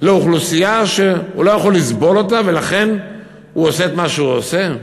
לאוכלוסייה שהוא לא יכול לסבול אותה ולכן הוא עושה את מה שהוא עושה?